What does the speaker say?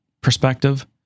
perspective